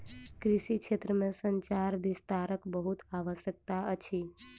कृषि क्षेत्र में संचार विस्तारक बहुत आवश्यकता अछि